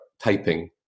typing